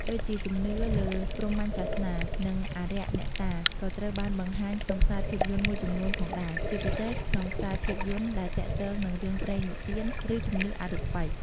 ដូចជាជំនឿលើព្រហ្មញ្ញសាសនា និងអារក្សអ្នកតាក៏ត្រូវបានបង្ហាញក្នុងខ្សែភាពយន្តមួយចំនួនផងដែរ ជាពិសេសក្នុងខ្សែភាពយន្តដែលទាក់ទងនឹងរឿងព្រេងនិទាន ឬជំនឿអរូបិយ។